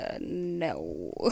no